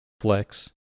flex